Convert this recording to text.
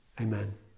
Amen